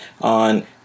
on